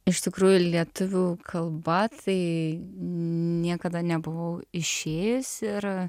iš tikrųjų lietuvių kalba tai niekada nebuvau išėjusi ir